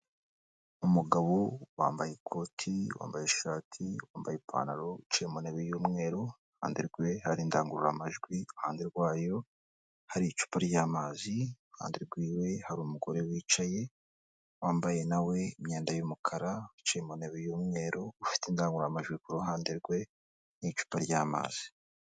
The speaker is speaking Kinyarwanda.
Umugabo wambaye ikoti, wambaye ishati, wambaye ipantaro wicaye mu ntebe y'umweru iruhande rwe hari indangururamajwi iruhande rwayo hari icupa ry'amazi ihande rwiwe hari umugore wicaye wambaye nawe we imyenda y'umukara wivaye mu ntebe y'umweru ufite indangurumajwi kuhande rwe n'icupa ry'amazi.